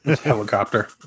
Helicopter